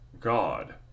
God